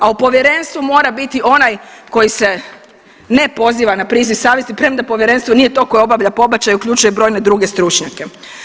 A u povjerenstvu mora biti onaj koji se ne poziva na priziv savjesti premda povjerenstvo nije to koje obavlja pobačaj, uključuje i brojne druge stručnjake.